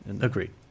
Agreed